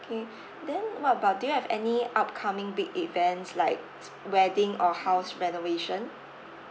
K then what about do you have any upcoming big events like s~ wedding or house renovation